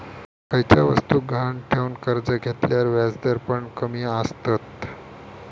खयच्या वस्तुक गहाण ठेवन कर्ज घेतल्यार व्याजदर पण कमी आसतत